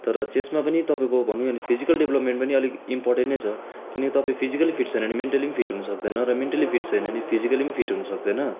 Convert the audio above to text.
तर चेसमा पनि तपाईँको भनौँ भने फिजिकल डेभलपमेन्ट पनि अलिक इम्पोर्टेन्ट नै छ किनभने तपाईँ फिजिकली फिट छैन भने मेन्टली पनि फिट हुनु सक्दैन मेन्टली फिट छैन भने फिजिकली पनि फिट हुन सक्दैन